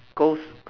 ghost